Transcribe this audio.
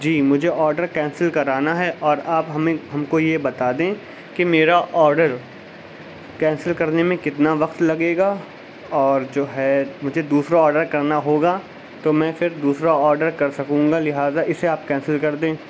جی مجھے order cancel کرانا ہے اور آپ ہمیں ہم کو یہ بتا دیں کہ میرا آڈر کینسل کرنے میں کتنا وقت لگے گا اور جو ہے مجھے دوسرا آڈر کرنا ہو گا تو میں پھر دوسرا آڈر کر سکوں گا لہٰذا اسے آپ کینسل کر دیں